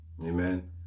Amen